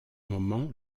moment